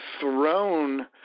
thrown